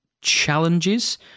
challenges